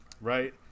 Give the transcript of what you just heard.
right